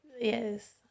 Yes